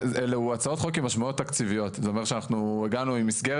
אלה הצעות חוק עם משמעויות תקציביות.